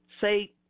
Say